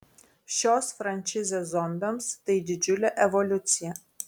šios frančizės zombiams tai didžiulė evoliucija